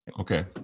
Okay